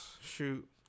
shoot